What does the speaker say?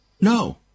No